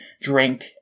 drink